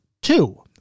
two